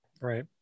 right